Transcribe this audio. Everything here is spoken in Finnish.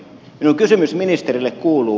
minun kysymykseni ministerille kuuluu